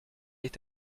est